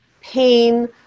pain